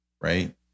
right